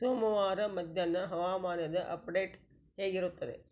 ಸೋಮವಾರ ಮಧ್ಯಾಹ್ನ ಹವಾಮಾನದ ಅಪ್ಡೇಟ್ ಹೇಗಿರುತ್ತದೆ